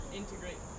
integrate